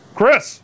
Chris